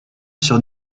sur